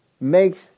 makes